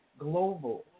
global